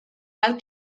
how